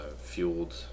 fueled